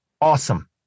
Awesome